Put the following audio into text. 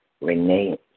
Renee